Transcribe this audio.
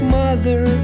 mother